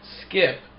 skip